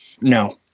No